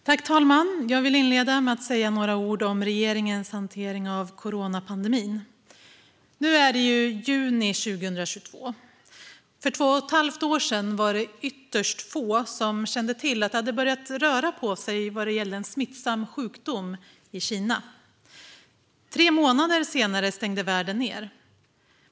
Fru talman! Jag vill inleda med att säga några ord om regeringens hantering av coronapandemin. Nu är det juni 2022. För två och ett halvt år sedan var det ytterst få som kände till att det hade börjat röra på sig vad gällde en smittsam sjukdom i Kina. Tre månader senare stängde världen ned.